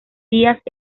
días